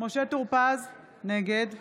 משה טור פז, נגד